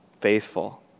faithful